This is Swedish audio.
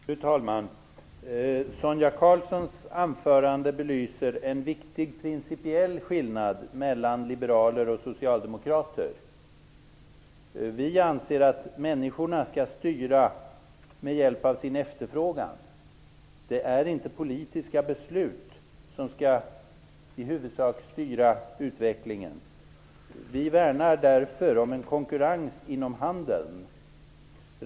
Fru talman! Sonia Karlssons anförande belyser en viktig principiell skillnad mellan liberaler och socialdemokrater. Vi anser att människors efterfrågan skall styra. Det är således inte politiska beslut som i huvudsak skall styra utvecklingen. Vi värnar därför om en konkurrens inom handeln.